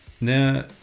Now